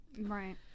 Right